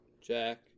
Jack